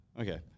Okay